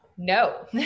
No